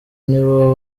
nibo